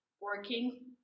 working